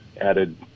added